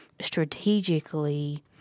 strategically